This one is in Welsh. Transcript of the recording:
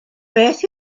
beth